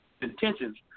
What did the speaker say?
Intentions